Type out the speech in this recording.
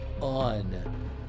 On